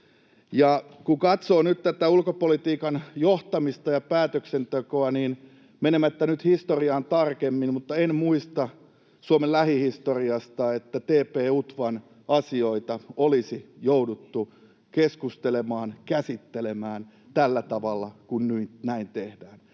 kun katsoo nyt tätä ulkopolitiikan johtamista ja päätöksentekoa, niin menemättä nyt historiaan tarkemmin en muista Suomen lähihistoriasta, että TP-UTVAn asioita olisi jouduttu keskustelemaan, käsittelemään tällä tavalla kuin nyt tehdään.